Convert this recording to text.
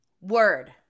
Word